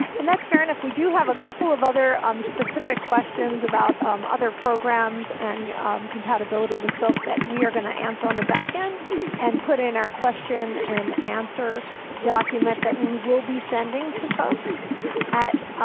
and that's fair enough. we do have a couple of other um specific questions about other programs and compatibility with silk that we are going to answer on the backend and put in our question and answer document that we will be sending to folks